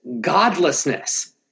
godlessness